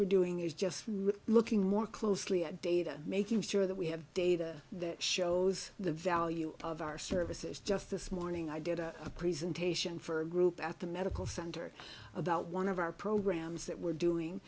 we're doing is just looking more closely at data making sure that we have data that shows the value of our services just this morning i did a presentation for a group at the medical center about one of our programs that we're doing